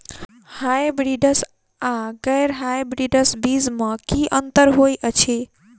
Hybrids आ गैर hybrids बीज म की अंतर होइ अछि?